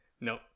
No